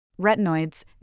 Retinoids